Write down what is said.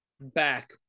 back